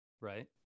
right